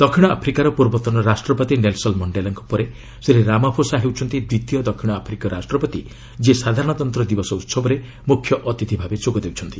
ଦକ୍ଷିଣ ଆଫ୍ରିକାର ପୂର୍ବତନ ରାଷ୍ଟ୍ରପତି ନେଲସନ୍ ମଣ୍ଡେଲାଙ୍କ ପରେ ଶ୍ରୀ ରାମଫୋସା ହେଉଛନ୍ତି ଦ୍ୱିତୀୟ ଦକ୍ଷିଣ ଆଫ୍ରିକୀୟ ରାଷ୍ଟ୍ରପତି ଯିଏ ସାଧାରଣତନ୍ତ୍ର ଦିବସ ଉହବରେ ମୁଖ୍ୟ ଅତିଥି ଭାବେ ଯୋଗ ଦେଉଛନ୍ତି